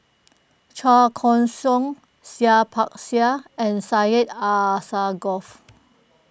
Chua Koon Siong Seah Peck Seah and Syed Alsagoff